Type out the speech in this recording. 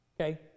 Okay